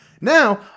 Now